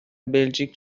بلژیک